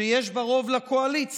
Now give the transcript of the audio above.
שיש בה רוב לקואליציה,